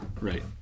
right